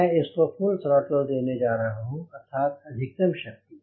मैं इसको full throttle देने जा रहा हूँ अर्थात अधिकतम शक्ति